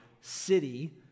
city